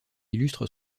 illustre